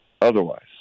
otherwise